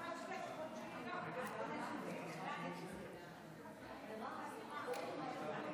סעיפים 1 5 נתקבלו.